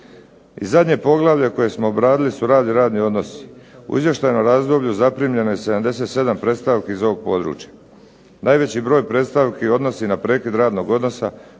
I zadnje poglavlje koje smo obradili su rad i radni odnosi. U izvještajnom razdoblju zaprimljeno je 77 predstavki iz ovog područja. Najveći broj predstavki se odnosi na prekid radnog odnosa